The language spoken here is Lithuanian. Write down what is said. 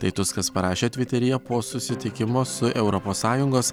tai tuskas parašė tviteryje po susitikimo su europos sąjungos